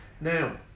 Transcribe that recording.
now